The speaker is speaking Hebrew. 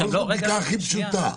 אתה יכול לעשות בדיקה הכי פשוטה.